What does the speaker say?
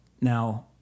Now